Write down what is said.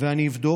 ואני אבדוק.